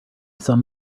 some